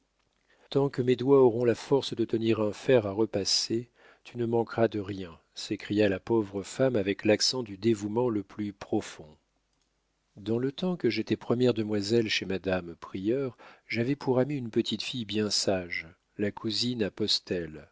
tant que mes doigts auront la force de tenir un fer à repasser tu ne manqueras de rien s'écria la pauvre femme avec l'accent du dévouement le plus profond dans le temps que j'étais première demoiselle chez madame prieur j'avais pour amie une petite fille bien sage la cousine